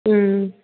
उम